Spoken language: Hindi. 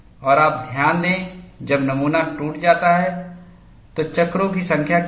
और आप ध्यान दें जब नमूना टूट जाता है तो चक्रों की संख्या क्या है